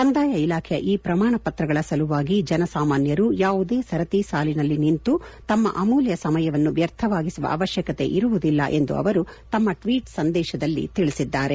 ಕಂದಾಯ ಇಲಾಖೆಯ ಈ ಪ್ರಮಾಣ ಪತ್ರಗಳ ಸಲುವಾಗಿ ಜನಸಾಮಾನ್ವರು ಯಾವುದೇ ಸರತಿ ಸಾಲಿನಲ್ಲಿ ನಿಂತು ತಮ್ಮ ಅಮೂಲ್ಯ ಸಮಯವನ್ನು ವ್ಯರ್ಥವಾಗಿಸುವ ಅವಶ್ಕಕೆ ಇರುವುದಿಲ್ಲ ಎಂದು ಅವರು ತಮ್ಮ ಟ್ವೀಟ್ ಸಂದೇಶದಲ್ಲಿ ತಿಳಿಸಿದ್ದಾರೆ